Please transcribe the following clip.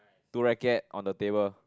two racket on the table